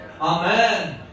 Amen